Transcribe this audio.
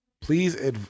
Please